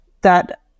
that-